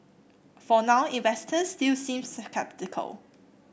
for now investors still seem sceptical